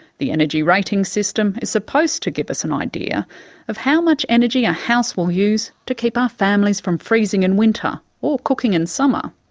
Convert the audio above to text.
the energy rating system is supposed to give us an idea of how much energy a house will use to keep our families from freezing in winter or cooking in summer.